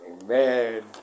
Amen